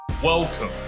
welcome